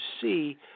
see